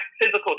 physical